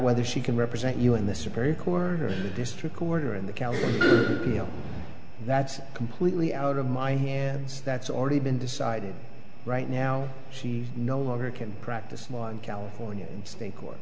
whether she can represent you in the supreme court or just recorder in the county that's completely out of my hands that's already been decided right now she no longer can practice law in california state court